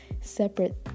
separate